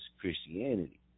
Christianity